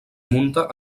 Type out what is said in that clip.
munta